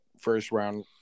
first-round